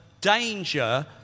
danger